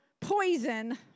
poison